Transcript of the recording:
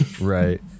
right